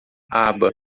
aba